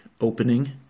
opening